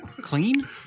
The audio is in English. Clean